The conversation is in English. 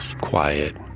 quiet